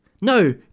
No